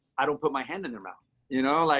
i don't put my hand in the mouth, you know, like